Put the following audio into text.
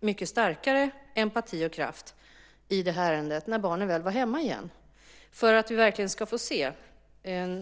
mycket starkare kunde ha uttryckt empati och kraft i det här ärendet när barnen väl var hemma igen - detta för att vi verkligen ska få se